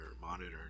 monitor